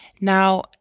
Now